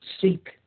seek